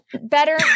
better